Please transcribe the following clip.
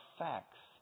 facts